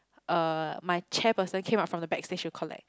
uh my chairperson came out from the backstage to collect